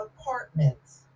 apartments